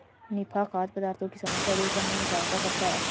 निफा खाद्य पदार्थों की समस्या दूर करने में सहायता करता है